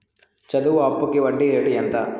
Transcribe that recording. చదువు అప్పుకి వడ్డీ రేటు ఎంత?